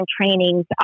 trainings